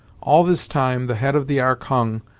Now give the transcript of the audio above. all this time, the head of the ark hung,